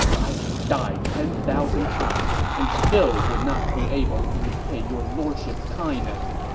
i can die ten thousand times and still would not be able to repay your lordship's kindness!